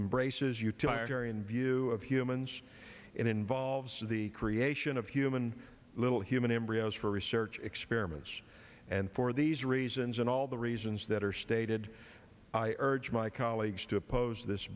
embraces you tyrion view of humans it involves the creation of human little human embryos for research experiments and for these reasons and all the reasons that are stated i urge my colleagues to oppose this